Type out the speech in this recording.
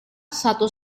satu